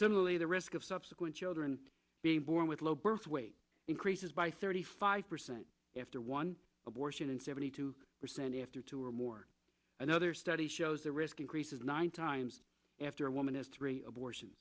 similarly the risk of subsequent children being born with low birth weight increases by thirty five percent after one abortion and seventy two percent after two or more another study shows the risk increases nine times after a woman has three abortion